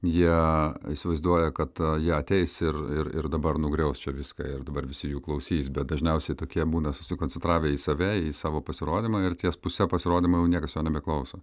jie įsivaizduoja kad jie ateis ir ir ir dabar nugriaus čia viską ir dabar visi jų klausys bet dažniausiai tokie būna susikoncentravę į save į savo pasirodymą ir ties puse pasirodymo jau niekas jo nebeklauso